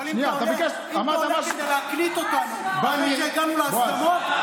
אבל אם אתה עולה כדי להקניט אותנו אחרי שהגענו להסכמות,